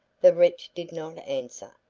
the wretch did not answer.